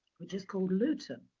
which is called luton.